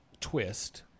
twist